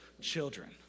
children